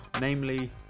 Namely